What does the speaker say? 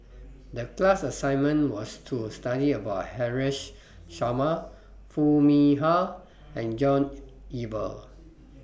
The class assignment was to study about Haresh Sharma Foo Mee Har and John Eber